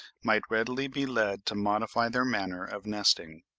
might readily be led to modify their manner of nesting.